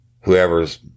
whoever's